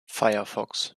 firefox